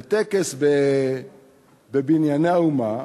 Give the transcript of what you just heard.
בטקס ב"בנייני האומה",